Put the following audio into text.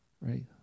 right